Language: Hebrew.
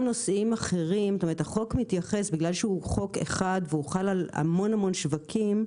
בגלל שהחוק הוא אחד והוא חל על המון שווקים,